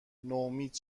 نومید